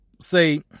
say